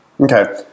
Okay